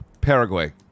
Paraguay